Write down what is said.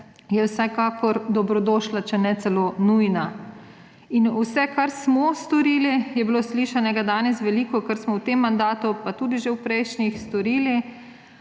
je vsekakor dobrodošla, če ne celo nujna. Vse, kar smo storili, danes je bilo slišanega veliko, kar smo v tem mandatu pa tudi že v prejšnjih storili,